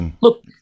Look